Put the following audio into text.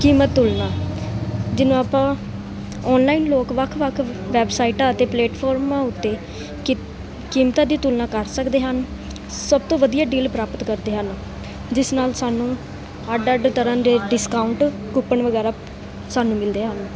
ਕੀਮਤ ਤੁਲਨਾ ਜਿਹਨੂੰ ਆਪਾਂ ਔਨਲਾਈਨ ਲੋਕ ਵੱਖ ਵੱਖ ਵੈਬਸਾਈਟਾਂ ਅਤੇ ਪਲੇਟਫਾਰਮਾਂ ਉੱਤੇ ਕੀਮਤਾਂ ਦੀ ਤੁਲਨਾ ਕਰ ਸਕਦੇ ਹਨ ਸਭ ਤੋਂ ਵਧੀਆ ਡੀਲ ਪ੍ਰਾਪਤ ਕਰਦੇ ਹਨ ਜਿਸ ਨਾਲ ਸਾਨੂੰ ਅੱਡ ਅੱਡ ਤਰ੍ਹਾਂ ਦੇ ਡਿਸਕਾਊਂਟ ਕੂਪਣ ਵਗੈਰਾ ਸਾਨੂੰ ਮਿਲਦੇ ਹਨ